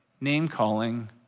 name-calling